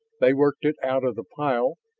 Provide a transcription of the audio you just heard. they worked it out of the pile,